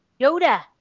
Yoda